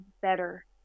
better